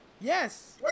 Yes